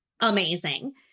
amazing